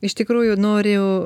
iš tikrųjų noriu